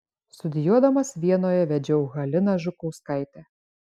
studijuodamas vienoje vedžiau haliną žukauskaitę